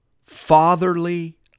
fatherly